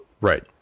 Right